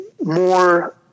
more